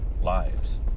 lives